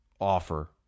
offer